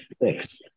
Thanks